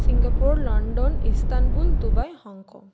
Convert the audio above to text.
Singapore London Istanbul Dubai Hong Kong